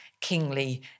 kingly